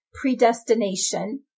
predestination